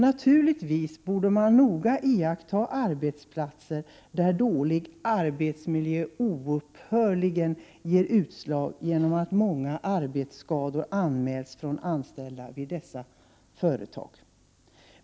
Naturligtvis borde man noga observera arbetsplatser där dålig arbetsmiljö oupphörligen ger utslag i form av många arbetskadeanmälningar.